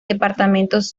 departamentos